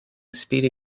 speedy